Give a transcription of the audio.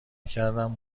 کردم